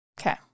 Okay